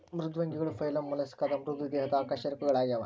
ಮೃದ್ವಂಗಿಗಳು ಫೈಲಮ್ ಮೊಲಸ್ಕಾದ ಮೃದು ದೇಹದ ಅಕಶೇರುಕಗಳಾಗ್ಯವ